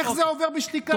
איך זה עובר בשתיקה?